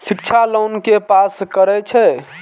शिक्षा लोन के पास करें छै?